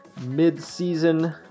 mid-season